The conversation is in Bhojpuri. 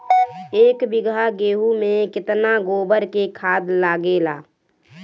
एक बीगहा गेहूं में केतना गोबर के खाद लागेला?